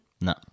No